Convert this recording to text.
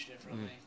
differently